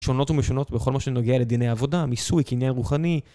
שונות ומשונות בכל מה שנוגע לדיני עבודה, מיסוי, קניין רוחני.